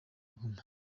guma